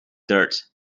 dirt